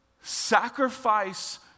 Sacrifice